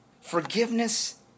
forgiveness